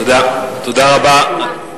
תודה רבה.